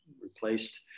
replaced